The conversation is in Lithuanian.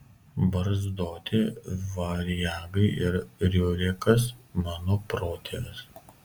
barzdoti variagai ir riurikas mano protėvis